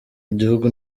igihugu